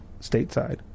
stateside